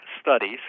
studies